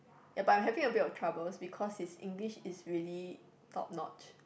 ya but I'm having a bit of troubles because his English is really top notch